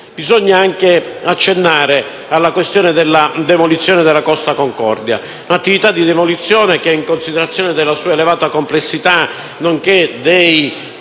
Bisogna anche accennare alla questione della demolizione della Costa Concordia: un'attività di demolizione che, in considerazione della sua elevata complessità, nonché dei